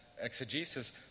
Exegesis